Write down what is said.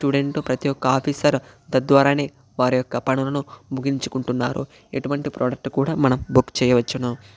student ప్రతి ఒక్క officer తద్వారానే వారి యొక్క పనులను ముగించుకుంటున్నారు ఎటువంటి ప్రాడక్ట్ కూడా మనం బుక్ చేయవచ్చును